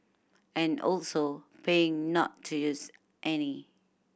and also paying not to use any